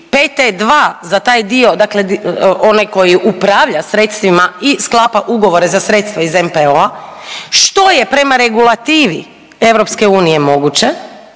PT2 za taj dio, dakle onaj koji upravlja sredstvima i sklapa ugovore za sredstva iz NPOO-a, što je prema regulativi EU moguće